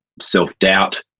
self-doubt